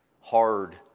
hard